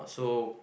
so